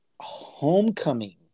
Homecoming